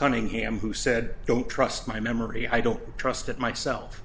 cunningham who said i don't trust my memory i don't trust it myself